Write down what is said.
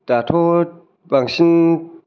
दाथ' बांसिन